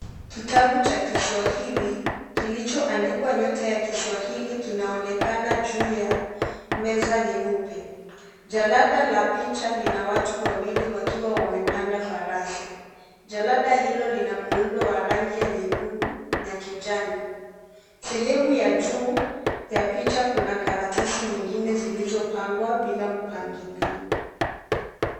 Kitabu cha kiswahili, kilichoandikwa "Nyota ya Kiswahili", kinaonekana juu ya meza nyeupe. Jalada la picha lina watu wawili wakiwa wamepanda farasi. Jalada hilo lina muundo wa rangi nyekundu na kijani. Sehemu ya juu ya picha kuna karatasi nyingine zilizopangwa bila mpangilio.